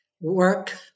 work